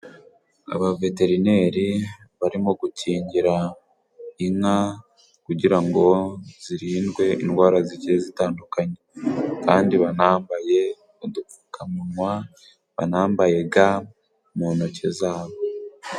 Abaveterineri barimo gukingira inka kugira ngo zirindwe indwara zigiye zitandukanye kandi banambaye udupfukamunwa banambaye ga mu ntoki zabo.